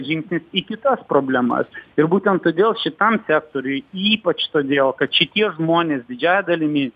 žingsnis į kitas problemas ir būtent todėl šitam sektoriui ypač todėl kad šitie žmonės didžiąja dalimi